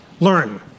learn